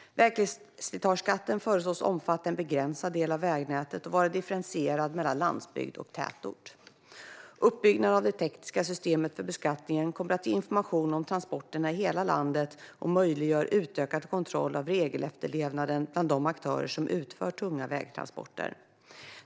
Vägslitageskatten föreslås omfatta en begränsad del av vägnätet och vara differentierad mellan landsbygd och tätort. Uppbyggnaden av det tekniska systemet för beskattningen kommer att ge information om transporterna i hela landet och möjliggör utökad kontroll av regelefterlevnaden bland de aktörer som utför tunga vägtransporter.